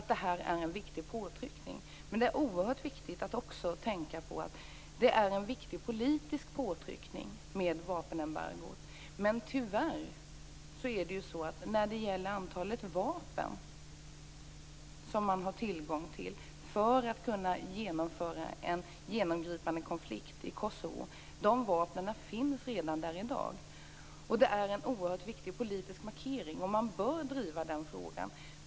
Det är också oerhört viktigt att tänka på att vapenembargot är en viktig politisk påtryckning. Men tyvärr finns de vapen som behövs för att genomföra en genomgripande konflikt i Kosovo redan i dag. Det är en oerhört viktig politisk markering, och frågan bör drivas vidare.